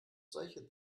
solche